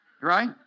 Right